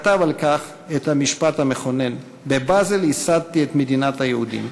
כתב על כך את המשפט המכונן: "בבאזל ייסדתי את מדינת היהודים.